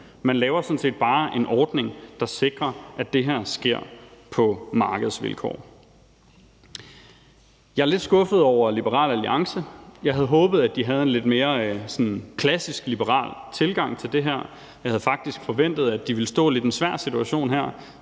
man laver sådan set bare en ordning, der sikrer, at det her sker på markedsvilkår. Jeg er lidt skuffet over Liberal Alliance. For jeg havde håbet, at de havde haft en lidt mere sådan klassisk liberal tilgang til det her, og jeg havde faktisk også forventet, at de her ville stå i en lidt svær situation, men